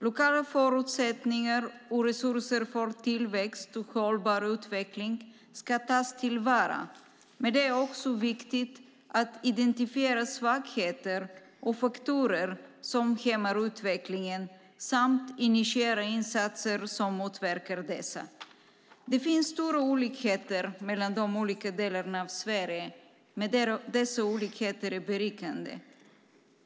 Lokala förutsättningar och resurser för tillväxt och hållbar utveckling ska tas till vara, men det är också viktigt att identifiera svagheter och faktorer som hämmar utvecklingen samt initiera insatser som motverkar dessa. Det finns stora olikheter mellan de olika delarna av Sverige, men dessa olikheter är berikande.